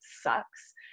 sucks